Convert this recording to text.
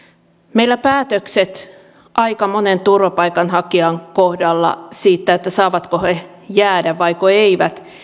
meillä päätökset aika monen turvapaikanhakijan kohdalla siitä saavatko he jäädä vaiko eivät